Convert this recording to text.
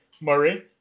Murray